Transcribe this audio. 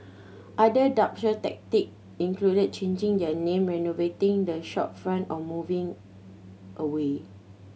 other dubious tactic included changing their name renovating the shopfront or moving away